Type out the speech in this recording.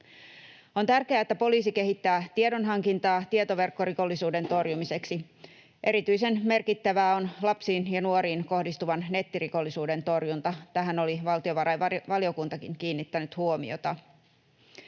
On tärkeää, että poliisi kehittää tiedonhankintaa tietoverkkorikollisuuden torjumiseksi. Erityisen merkittävää on lapsiin ja nuoriin kohdistuvan nettirikollisuuden torjunta. Tähän oli valtiovarainvaliokuntakin kiinnittänyt huomiota.